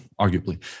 arguably